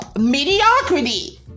mediocrity